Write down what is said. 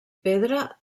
pedra